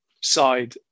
side